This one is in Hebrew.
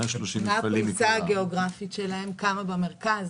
מה הפריסה הגיאוגרפית שלהם כמה במרכז,